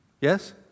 Yes